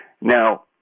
Now